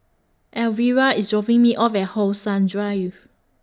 Alvera IS dropping Me off At How Sun Drive